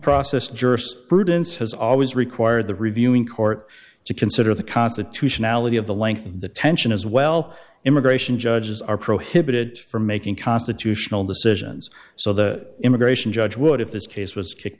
process jurisprudence has always required the reviewing court to consider the constitutionality of the length of the tension as well immigration judges are prohibited from making constitutional decisions so the immigration judge would if this case was kick